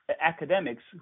academics